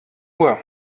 uhr